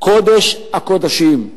"קודש הקודשים":